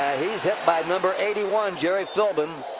he's hit by number eighty one, gerry philbin.